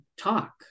talk